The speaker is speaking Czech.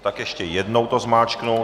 Tak ještě jednou to zmáčknu.